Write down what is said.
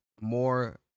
more